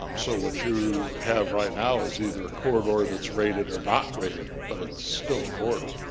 um so what you have right now is either a corridor that's rated or not rated, but it's still a corridor.